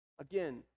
Again